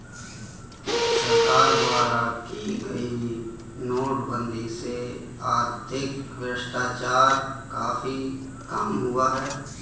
सरकार द्वारा की गई नोटबंदी से आर्थिक भ्रष्टाचार काफी कम हुआ है